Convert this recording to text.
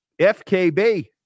FKB